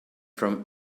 from